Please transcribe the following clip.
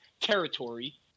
territory